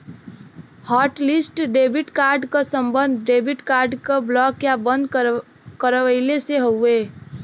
hotlist debit card क सम्बन्ध debit card क ब्लॉक या बंद करवइले से हउवे